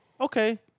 Okay